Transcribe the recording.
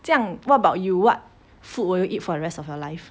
这样 what about you what food would you eat for the rest of your life